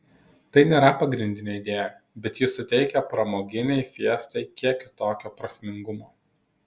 tai nėra pagrindinė idėja bet ji suteikia pramoginei fiestai kiek kitokio prasmingumo